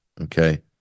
Okay